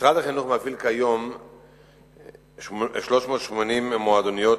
משרד החינוך מפעיל כיום 380 מועדוניות